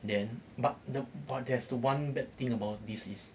then but ther~ there's one bad thing about this is